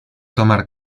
tomar